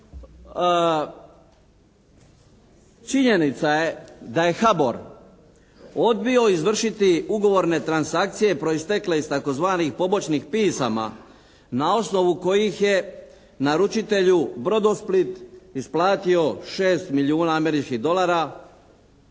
Činjenica je da je HABOR odbio izvršiti ugovorne transakcije proistekle iz tzv. «pobočnih» pisama na osnovu kojih je naručitelju «Brodosplit» isplatio 6 milijuna američkih dolara